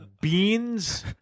beans